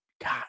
God